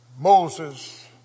Moses